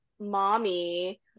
mommy